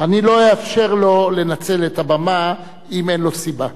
אני לא אאפשר לו לנצל את הבמה אם אין לו סיבה.